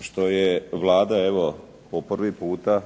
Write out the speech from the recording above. što je Vlada evo po prvi puta